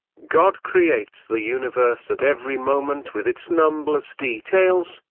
god creates the universe at every moment with its numberless details,